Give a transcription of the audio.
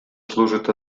служит